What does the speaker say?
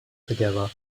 together